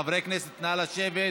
חברי הכנסת, נא לשבת.